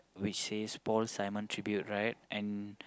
which says Paul-Simon Tribute right and